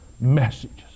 messages